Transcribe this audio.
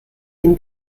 den